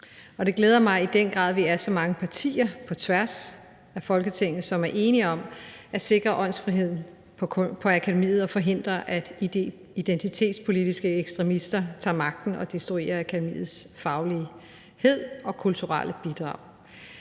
den grad, at vi er så mange partier på tværs af Folketinget, som er enige om at sikre åndsfriheden på akademiet og forhindre, at identitetspolitiske ekstremister tager magten og destruerer akademiets faglighed og kulturelle bidrag.